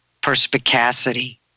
perspicacity